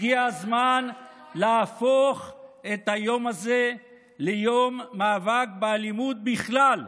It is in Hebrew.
הגיע הזמן להפוך את היום הזה ליום מאבק באלימות בכלל,